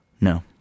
No